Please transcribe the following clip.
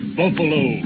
buffalo